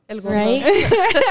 Right